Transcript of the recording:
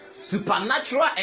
Supernatural